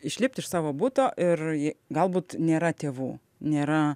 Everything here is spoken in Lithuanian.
išlipt iš savo buto ir ji galbūt nėra tėvų nėra